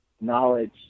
knowledge